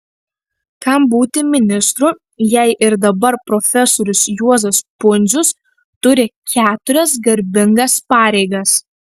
kam būti ministru jei ir dabar profesorius juozas pundzius turi keturias garbingas pareigas